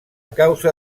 causa